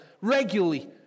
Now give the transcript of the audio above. regularly